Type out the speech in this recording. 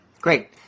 Great